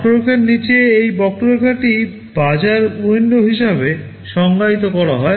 বক্ররেখার নীচে এই বক্ররেখাটি মার্কেট উইন্ডো হিসাবে সংজ্ঞায়িত করা হয়